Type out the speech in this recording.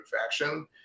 faction